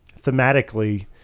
thematically